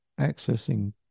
accessing